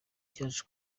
cyaje